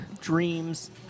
dreams